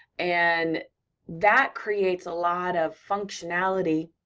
and that creates a lot of functionality